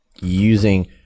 using